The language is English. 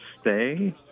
stay